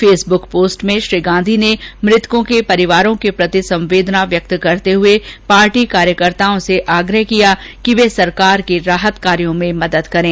Facebook post में श्री गांधी ने मृतकों के परिवारों के प्रति संवेदना व्यक्त करते हुए पार्टी कार्यकर्ताओं से आग्रह किया कि वे सरकार के राहत कार्यो में मदद करें